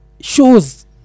shows